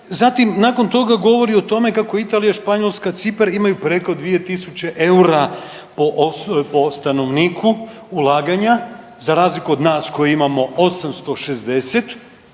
Zatim nakon toga govori o tome kako Italija, Španjolska, Cipar imaju preko 2.000 EUR-a po stanovniku ulaganja za razliku od nas koji imamo 860,